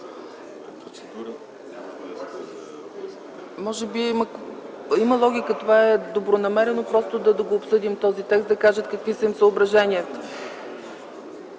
Може би има логика? Това е добронамерено, просто да обсъдим този текст, да кажат какви са им съображенията.